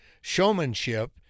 showmanship